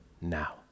now